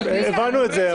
הבנו את זה,